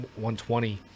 120